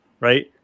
right